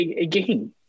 again